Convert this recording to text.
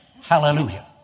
Hallelujah